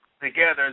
together